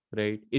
right